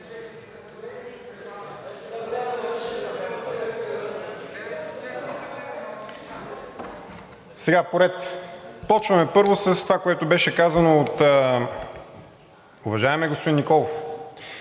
Сега, поред. Започвам първо с това, което беше казано от уважаемия господин Николов.